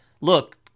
look